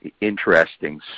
interesting